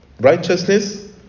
righteousness